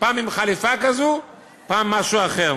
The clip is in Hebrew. פעם עם חליפה כזו ופעם עם משהו אחר.